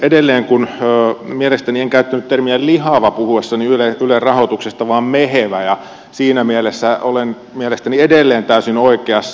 edelleen kun mielestäni en käyttänyt termiä lihava puhuessani ylen rahoituksesta vaan mehevä ja siinä mielessä olen mielestäni edelleen täysin oikeassa